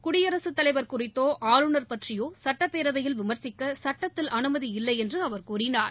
குடியரசுத்தலைவர் குறித்தோ ஆளுநர் பற்றியோசுட்டப்பேரவையில் விமர்சிக்கசட்டத்தில் அனுமதி இல்லைஎன்றுஅவர் கூறினார்